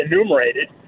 enumerated